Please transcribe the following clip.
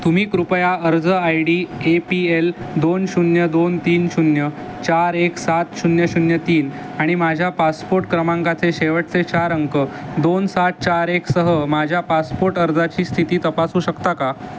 तुम्ही कृपया अर्ज I D A P L दोन शून्य दोन तीन शून्य चार एक सात शून्य शून्य तीन आणि माझ्या पासपोर्ट क्रमांकाचे शेवटचे चार अंक दोन सात चार एकसह माझ्या पासपोर्ट अर्जाची स्थिती तपासू शकता का